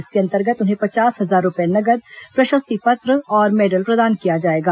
इसके अंतर्गत उन्हें पचास हजार रूपए नगद प्रशस्ति पत्र और मेडल प्रदान किया जाएगा